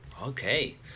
Okay